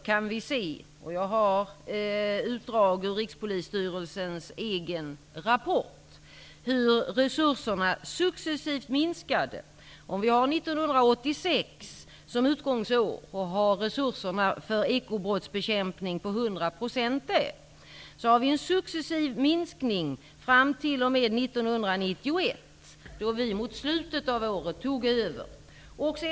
Jag har ett utdrag ur Rikspolisstyrelsens egen rapport. I den kan man se hur resurserna därefter successivt minskade. Vi kan ha 1986 som utgångsår och säga att resurserna för ekobrottsbekämpning då var 100 %. Då ser man att det blev en successiv minskning av resurserna fram t.o.m. 1991 -- mot slutet av det året tog de borgerliga partierna över.